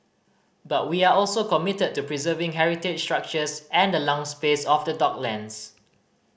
but we are also committed to preserving heritage structures and the lung space of the docklands